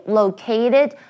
located